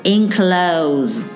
Enclose